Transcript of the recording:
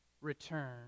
return